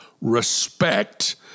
respect